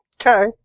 Okay